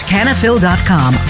Canafil.com